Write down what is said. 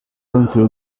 until